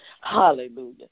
Hallelujah